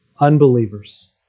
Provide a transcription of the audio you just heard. unbelievers